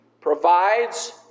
provides